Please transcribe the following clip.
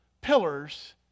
pillars